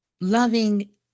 Loving